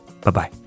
Bye-bye